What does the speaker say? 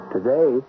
Today